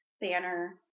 banner